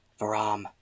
Varam